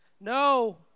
No